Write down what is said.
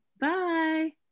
bye